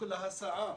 לכל הסעה.